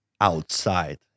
outside